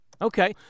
Okay